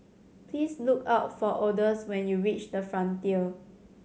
please look for Odus when you reach The Frontier